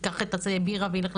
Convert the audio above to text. ייקח את הבירה וילך,